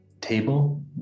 table